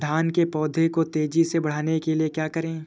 धान के पौधे को तेजी से बढ़ाने के लिए क्या करें?